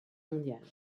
mondiale